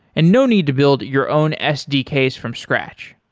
and no need to build your own sdks from scratch.